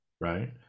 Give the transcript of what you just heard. Right